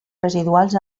residuals